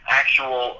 actual